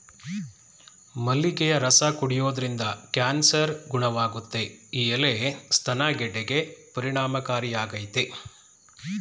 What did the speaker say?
ಮಲ್ಲಿಗೆಯ ರಸ ಕುಡಿಯೋದ್ರಿಂದ ಕ್ಯಾನ್ಸರ್ ಗುಣವಾಗುತ್ತೆ ಈ ಎಲೆ ಸ್ತನ ಗೆಡ್ಡೆಗೆ ಪರಿಣಾಮಕಾರಿಯಾಗಯ್ತೆ